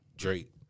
Drake